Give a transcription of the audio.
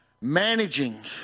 managing